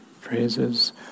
phrases